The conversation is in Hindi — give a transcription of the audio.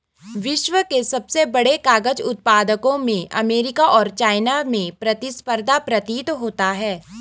विश्व के सबसे बड़े कागज उत्पादकों में अमेरिका और चाइना में प्रतिस्पर्धा प्रतीत होता है